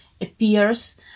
appears